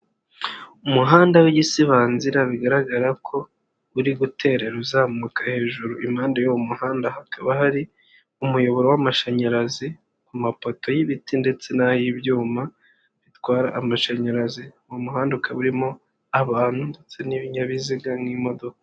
Umuhanda w'igisibanzira bigaragara ko uri guterarera uzamuka hejuru, impande y'uwo muhanda hakaba hari umuyoboro w'amashanyarazi, amapoto y'ibiti ndetse n'ay'ibyuma, bitwara amashanyarazi, umuhanda ukaba urimo abantu ndetse n'ibinyabiziga nk'imodoka.